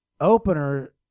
opener